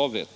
hemifrån.